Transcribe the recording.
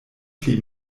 pli